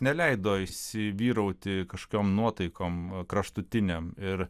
neleido įsivyrauti kažkokiom nuotaikom kraštutinėm ir